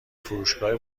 فروشگاه